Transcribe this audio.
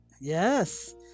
Yes